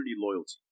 loyalty